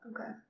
Okay